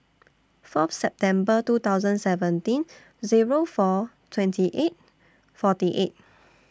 Fourth September two thousand seventeen Zero four twenty eight forty eight